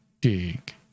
dig